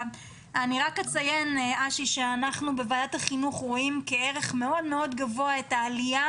אני רק אציין שבוועדת חינוך אנחנו רואים כערך מאוד גבוה את העלייה